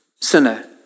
sinner